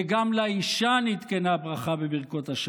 וגם לאישה נתקנה ברכה בברכות השחר,